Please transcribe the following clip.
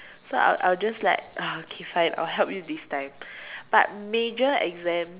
so I'll I'll just like !ah! okay fine I'll help you this time but major exam